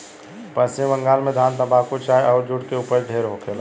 पश्चिम बंगाल में धान, तम्बाकू, चाय अउर जुट के ऊपज ढेरे होखेला